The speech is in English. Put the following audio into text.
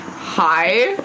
Hi